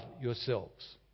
yourselves